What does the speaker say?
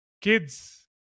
kids